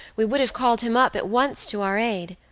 we would have called him up at once to our aid.